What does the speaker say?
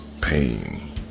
pain